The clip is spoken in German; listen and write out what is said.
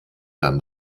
dann